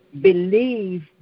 believe